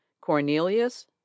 Cornelius